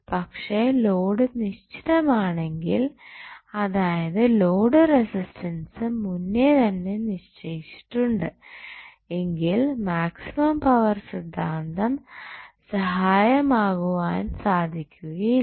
പക്ഷേ ലോഡ് നിശ്ചിതം ആണെങ്കിൽ അതായത് ലോഡ് റെസിസ്റ്റൻസ് മുന്നേ തന്നെ നിശ്ചയിച്ചിട്ടുണ്ട് എങ്കിൽ മാക്സിമം പവർ സിദ്ധാന്തം സഹായകമാകുവാൻ സാധിക്കുകയില്ല